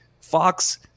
Fox